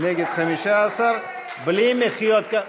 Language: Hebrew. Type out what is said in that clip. נגד, 15. בלי מחיאות כפיים.